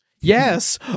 Yes